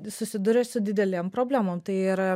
susiduria su didelėm problemom tai yra